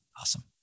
Awesome